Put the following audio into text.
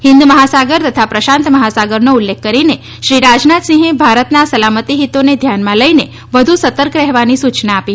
હિંદ મહાસાગર તથા પ્રશાંત મહાસાગરનો ઉલ્લેખ કરીને શ્રી રાજનાથસિંહે ભારતના સલામતી હિતોને ધ્યાનમાં લઇને વધુ સતર્ક રહેવાની સૂચના આપી